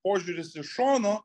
požiūris iš šono